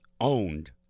owned